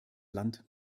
land